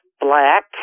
black